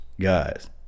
guys